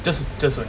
just just only